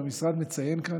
והמשרד מציין כאן,